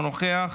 אינו נוכח,